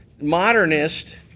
modernist